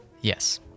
Yes